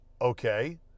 Okay